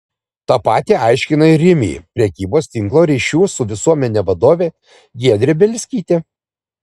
tą patį aiškina ir rimi prekybos tinklo ryšių su visuomene vadovė giedrė bielskytė